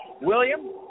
William